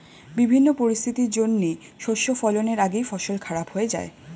বিভিন্ন পরিস্থিতির জন্যে শস্য ফলনের আগেই ফসল খারাপ হয়ে যায়